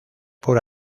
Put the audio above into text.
por